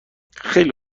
خیلی